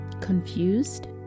Confused